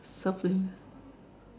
shopping